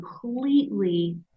completely